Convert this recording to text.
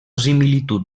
similitud